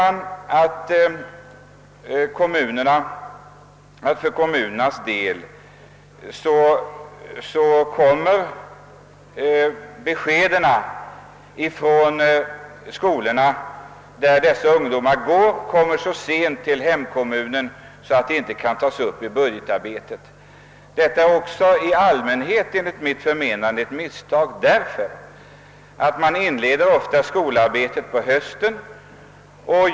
Dessutom sägs det att beskeden från skolorna där dessa ungdomar går ofta måste lämnas så sent till hemkommunen, att kostnaderna inte kan tas med i budgetarbetet. Detta är i allmänhet enligt mitt förmenande ett misstag, eftersom skolarbetet ofta inleds på hösten.